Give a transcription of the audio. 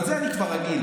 אבל לזה אני כבר רגיל,